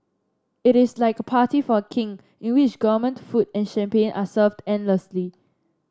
it is like a party for a King in which government food and champagne are served endlessly